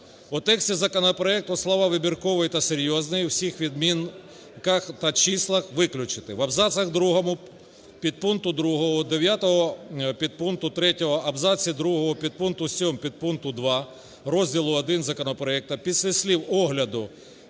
У тексті законопроекту слова "вибірковий" та "серйозний" в усіх відмінках та числах виключити. В абзацах 2 підпункту 2, 9 підпункту 3, абзаці 2 підпункту 7 пункту 2 розділу І законопроекту після слів "огляду